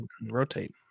rotate